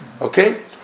okay